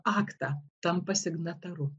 aktą tampa signataru